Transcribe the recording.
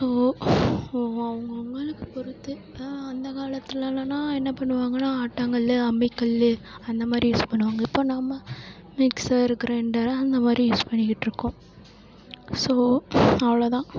so அவங்கவுங்கள பொருத்துதான் அந்தக்காலத்திலலனா என்ன பண்ணுவாங்கனால் ஆட்டாங்கல்லு அம்மிக்கல்லு அந்தமாதிரி யூஸ் பண்ணுவாங்க இப்போ நாம் மிக்ஸர் க்ரைண்டர் அந்தமாதிரி யூஸ் பண்ணிக்கிட்டு இருக்கோம் ஸோ அவ்வளோதான்